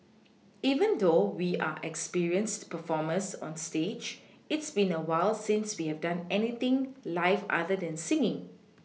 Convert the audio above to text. even though we are experienced performers on stage it's been a while since we've done anything live other than singing